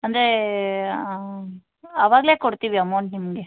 ಅಂದರೆ ಆವಾಗಲೇ ಕೊಡ್ತೀವಿ ಅಮೌಂಟ್ ನಿಮಗೆ